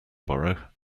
borrow